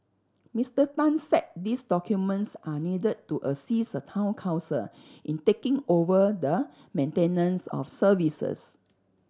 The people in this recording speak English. Mister Tan said these documents are needed to assist a Town Council in taking over the maintenance of services